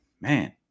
man